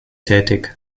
tätig